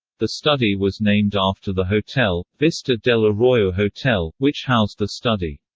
the study was named after the hotel, vista del arroyo hotel, which housed the study.